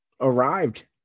arrived